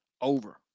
over